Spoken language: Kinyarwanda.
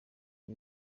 ibi